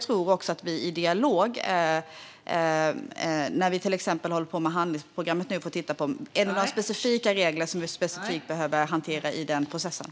I samband med handlingsprogrammet tror jag också att vi i dialog kan titta på om det finns några regler som vi specifikt behöver hantera i den processen.